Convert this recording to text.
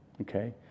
Okay